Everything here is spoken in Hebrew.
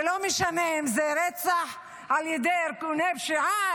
ולא משנה אם זה רצח על ידי ארגוני פשיעה,